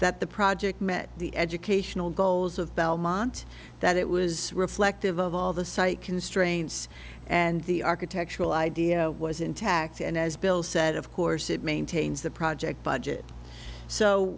that the project met the educational goals of belmont that it was reflective of all the site constraints and the architectural idea was intact and as bill said of course it maintains the project budget so